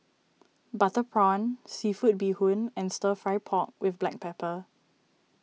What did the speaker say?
Butter Prawn Seafood Bee Hoon and Stir Fry Pork with Black Pepper